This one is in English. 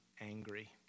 angry